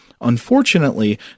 Unfortunately